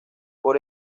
por